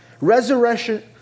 Resurrection